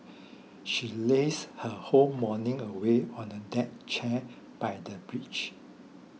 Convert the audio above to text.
she lazed her whole morning away on a deck chair by the beach